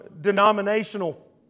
denominational